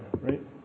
right